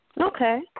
Okay